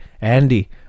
Andy